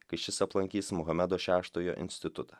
kai šis aplankys muhamedo šeštojo institutą